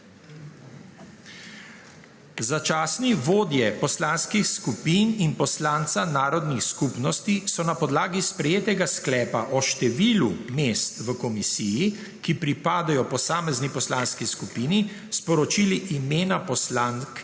Začasne vodje poslanskih skupin in poslanca narodnih skupnosti so na podlagi sprejetega sklepa o številu mest v komisiji, ki pripadajo posamezni poslanski skupini, sporočili imena poslank